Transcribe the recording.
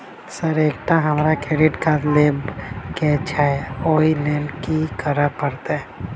Sir एकटा हमरा credit card लेबकै छैय ओई लैल की करऽ परतै?